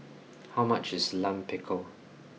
how much is Lime Pickle